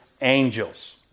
angels